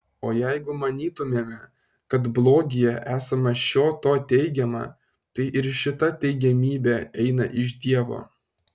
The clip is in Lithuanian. o jeigu manytumėme kad blogyje esama šio to teigiama tai ir šita teigiamybė eina iš dievo